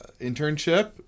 internship